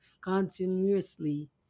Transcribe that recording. continuously